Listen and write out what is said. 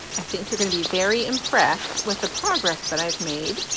i think you're going to be very impressed with the progress that i've made.